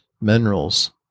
minerals